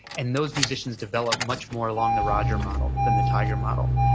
and those musicians develop much more along the roger model than the tiger model.